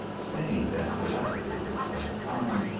stained and dilapidated by time,